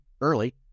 early